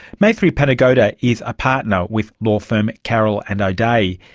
maithri panagoda is a partner with law firm carroll and o'dea.